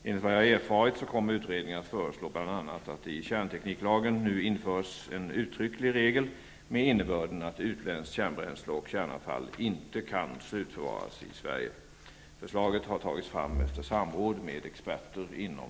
Enligt vad jag har erfarit kommer utredningen att föreslå bl.a. att det i kärntekniklagen nu införs en uttrycklig regel med innebörden att utländskt kärnbränsle och kärnavfall inte kan slutförvaras i Sverige. Förslaget har tagits fram efter samråd med experter inom